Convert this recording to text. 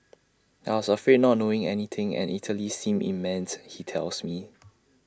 I was afraid not knowing anything and Italy seemed immense he tells me